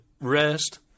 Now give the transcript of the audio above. rest